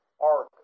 arc